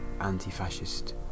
anti-fascist